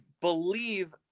believe